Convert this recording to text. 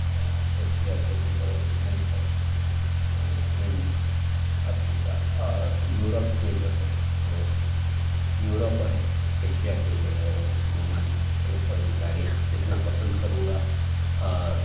Asia کے جو بڑے ملک ہیں ہند افریقہ اور یورپ کے جو ہے وہ یورپ اور ایشیا کے جو ہے ممالک کے اوپر بھی تاریخ لکھنا پسند کروں گا اور